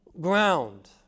ground